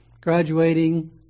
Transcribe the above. graduating